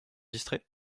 distrait